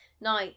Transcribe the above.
Now